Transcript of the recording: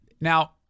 Now